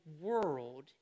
world